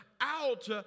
out